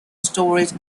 storage